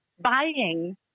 buying